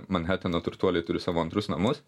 manheteno turtuoliai turi savo antrus namus